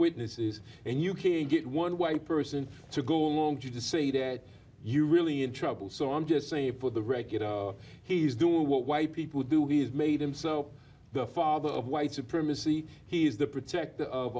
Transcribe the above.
witnesses and you can get one white person to go along with you to say that you're really in trouble so i'm just saying for the regular he's doing what why people do he has made him so the father of white supremacy he is the protector of